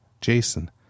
Jason